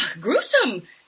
gruesome